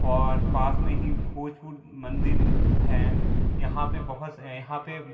और पास में ही भोजपुर मंदिर हैं यहाँ पे बहुत यहाँ पे